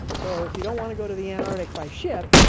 so if you don't want to go to the antarctic by ship,